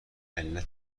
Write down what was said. علت